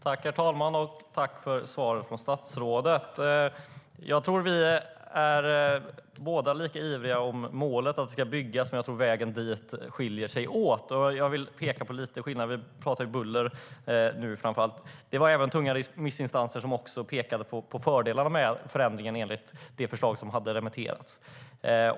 Herr talman! Jag tror att både statsrådet och jag är ivriga om målet, att det ska byggas, men våra vägar dit skiljer sig åt. Jag vill peka på några skillnader. Nu är det ju framför allt buller vi talar om. Det var också tunga remissinstanser som pekade på fördelarna med förändring enligt det förslag som hade remitterats.